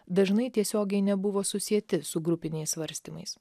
dažnai tiesiogiai nebuvo susieti su grupiniais svarstymais